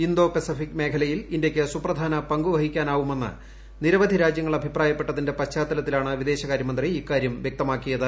Indo Pacific മേഖലയിൽ ഇന്ത്യയ്ക്ക് സുപ്രധാന പങ്കു വഹിക്കാനാവുമെന്ന് നിരവധി രാജ്യങ്ങൾ അഭിപ്രായപ്പെട്ടതിന്റെ പശ്ചാത്തലത്തിലാണ് വിദേശകാര്യമന്ത്രി ഇക്കാര്യം വ്യക്തമാക്കിയത്